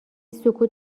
سکوت